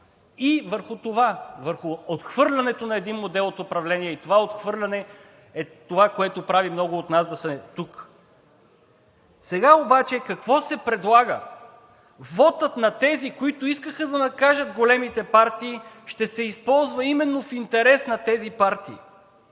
и върху това, върху отхвърлянето на един модел на управление, и това отхвърляне прави много от нас да са тук. Сега обаче какво се предлага? Вотът на тези, които искаха да накажат големите партии, ще се използва именно в интерес на тези партии!